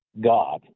God